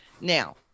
Now